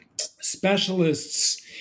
specialists